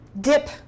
dip